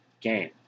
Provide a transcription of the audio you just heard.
game